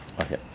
okay